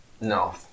No